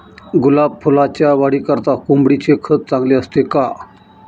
गुलाब फुलाच्या वाढीकरिता कोंबडीचे खत चांगले असते का?